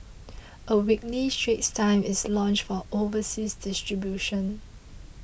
a weekly Straits Times is launched for overseas distribution